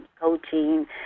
coaching